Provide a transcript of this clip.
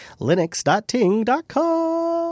Linux.ting.com